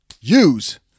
use